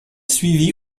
suivi